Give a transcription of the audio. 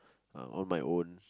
on my own